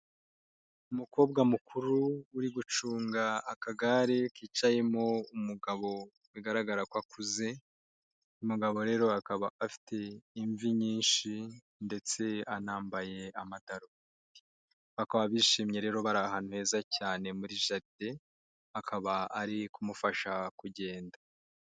Umukobwa mukuru uri gucunga akagare kicayemo umugabo bigaragara ko akuze, umugabo rero akaba afite imvi nyinshi ndetse anambaye amadaro, bakaba bishimye rero bari ahantu heza cyane muri jaride akaba ari kumufasha kugenda.